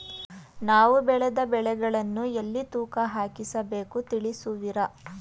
ನಾವು ಬೆಳೆದ ಬೆಳೆಗಳನ್ನು ಎಲ್ಲಿ ತೂಕ ಹಾಕಿಸ ಬೇಕು ತಿಳಿಸುವಿರಾ?